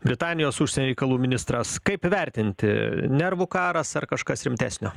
britanijos užsienio reikalų ministras kaip vertinti nervų karas ar kažkas rimtesnio